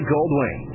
Goldwing